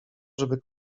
żeby